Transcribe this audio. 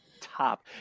top